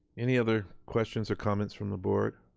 any other questions or comments from the board?